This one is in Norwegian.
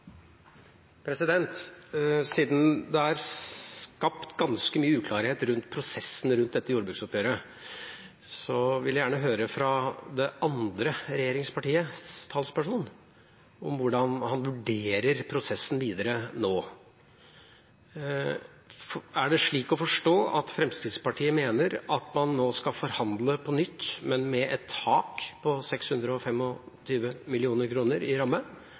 skapt ganske mye uklarhet om prosessen rundt dette jordbruksoppgjøret, vil jeg gjerne høre fra det andre regjeringspartiets talsperson hvordan man nå vurderer prosessen videre. For det første: Er det slik å forstå at Fremskrittspartiet mener man nå skal forhandle på nytt, men med et tak på